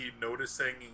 noticing